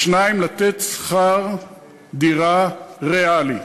2. לתת שכר דירה ריאלי.